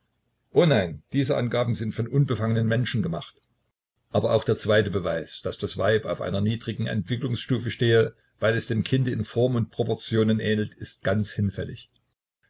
oh nein diese angaben sind von unbefangenen menschen gemacht aber auch der zweite beweis daß das weib auf einer niedrigen entwicklungsstufe stehe weil es dem kinde in form und proportionen ähnelt ist ganz hinfällig